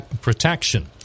protection